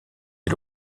est